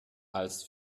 als